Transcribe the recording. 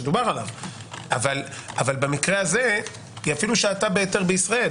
אבל במקרה הזה היא אפילו שהתה בהיתר בישראל